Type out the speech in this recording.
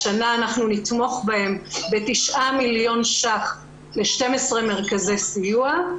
השנה ניתן תשעה מיליון ש"ח ל-12 מרכזי סיוע.